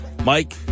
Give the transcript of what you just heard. Mike